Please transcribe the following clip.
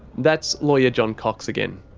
that's lawyer john cox again.